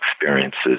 experiences